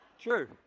True